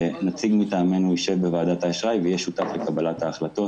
נציג מטעמנו יישב בוועדת האשראי ויהיה שותף לקבלת ההחלטות.